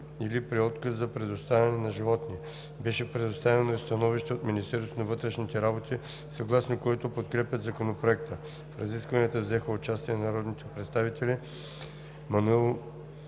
или при отказ за предоставяне на животни. Беше представено и становище от Министерство на вътрешните работи, съгласно което подкрепят Законопроекта. В разискванията взеха участие народните представители Маноил